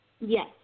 Yes